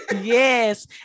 Yes